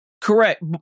correct